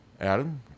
Adam